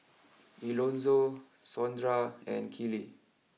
Elonzo Sondra and Kiley